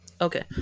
Okay